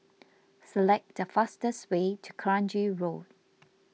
select the fastest way to Kranji Road